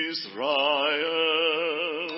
Israel